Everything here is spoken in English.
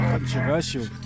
Controversial